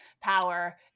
power